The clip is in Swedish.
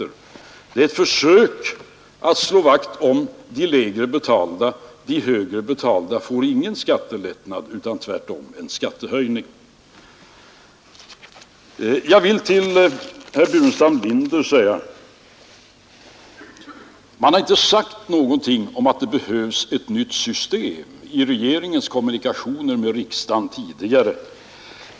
Det här är ett försök att slå vakt om de lägre betalda — de högre betalda får ingen skattelättnad utan tvärtom en skattehöjning. Herr Burenstam Linder säger att regeringen i sina kommunikationer med riksdagen inte sagt någonting om att det behövs ett nytt system.